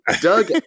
Doug